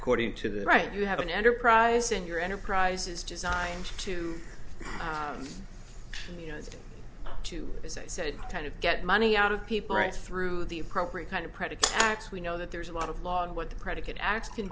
quoting to the right you have an enterprise in your enterprises designed to you know to as i said kind of get money out of people right through the appropriate kind of predicate act we know that there's a lot of law on what the predicate acts can